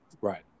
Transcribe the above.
Right